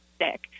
sick